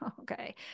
Okay